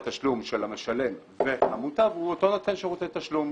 התשלום של המשלם והמוטב הוא אותו נותן שירותי תשלום.